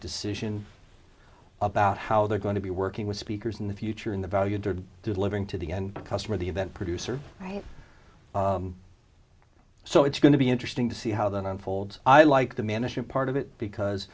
decision about how they're going to be working with speakers in the future in the value of delivering to the end customer the event producer so it's going to be interesting to see how that unfolds i like the management part of it because